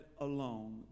alone